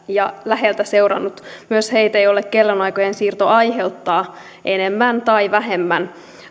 tämän ja läheltä seurannut myös heitä joille kellojen siirto aiheuttaa enemmän tai vähemmän